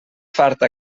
farta